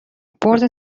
بورد